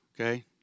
okay